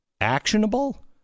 actionable